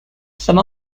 some